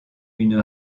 une